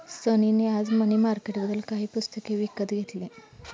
सनी ने आज मनी मार्केटबद्दल काही पुस्तके विकत घेतली